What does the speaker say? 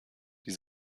die